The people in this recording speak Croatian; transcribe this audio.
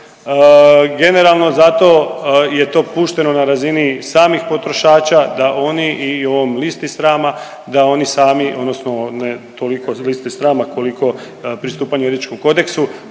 Generalno zato je to pušteno na razini samih potrošača da oni i ovom listi srama da oni sami odnosno ne toliko liste srama koliko pristupanje etičkom kodeksu